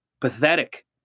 pathetic